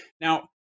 Now